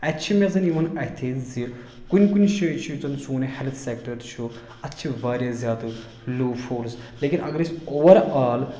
اَتہِ چھِ مےٚ زَن یِوان اَتھِ زِ کُنہِ کُنہِ جایہِ چھُ یُس زَن یہِ ہٮ۪لٕتھ سٮ۪کٹَر چھُ اَتھ چھِ واریاہ زیادٕ لوٗپ ہولٕز لیکن اگر أسۍ اوٚوَرآل